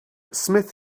smith